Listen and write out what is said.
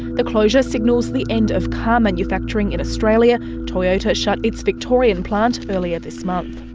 the closure signals the end of car manufacturing in australia. toyota shut its victorian plant earlier this month.